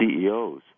CEOs